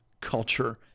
culture